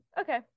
Okay